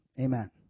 Amen